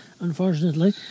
unfortunately